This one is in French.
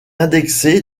indexé